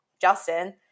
Justin